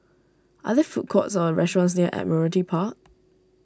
are there food courts or restaurants near Admiralty Park